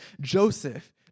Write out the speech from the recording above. Joseph